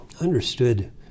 understood